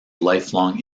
lifelong